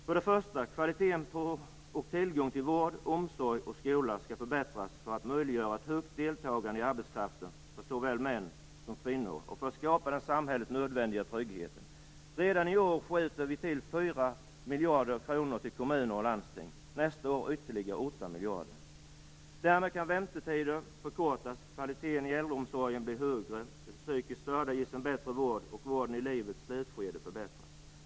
För det första: Kvaliteten på och tillgången till vård, omsorg och skola skall förbättras för att möjliggöra ett högt deltagande i arbetskraften för såväl män som kvinnor och för att skapa den i samhället nödvändiga tryggheten. Redan i år skjuter vi till 4 miljarder kronor till kommuner och landsting. Nästa år blir det ytterligare 8 miljarder. Därmed kan väntetiderna förkortas, kvaliteten i äldreomsorgen bli högre, de psykiskt störda ges en bättre vård och vården i livets slutskede förbättras.